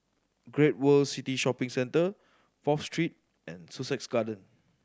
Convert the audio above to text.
Great World City Shopping Centre Fourth Street and Sussex Garden